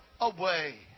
away